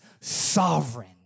sovereign